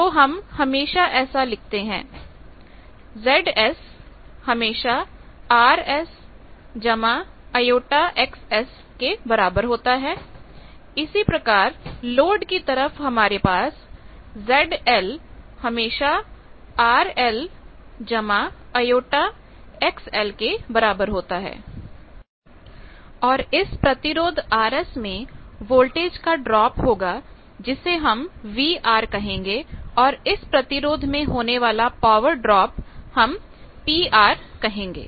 तो हम हमेशा ऐसा लिख सकते हैं ZSRS j XS इसी प्रकार लोड की तरफ हमारे पास यह होगा ZLRL j XL और इस प्रतिरोध Rs में वोल्टेज का ड्रॉप होगाजिसे हम VR कहेंगेऔर इस प्रतिरोध में होने वाले पावर ड्रॉप को हम PR कहेंगे